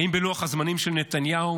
האם בלוח הזמנים של נתניהו,